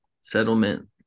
settlement